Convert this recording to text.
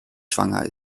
schwanger